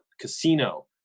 casino